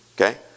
Okay